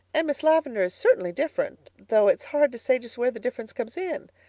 and miss lavendar is certainly different, though it's hard to say just where the difference comes in.